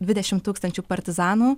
dvidešimt tūkstančių partizanų